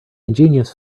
ingenious